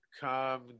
Come